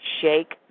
shake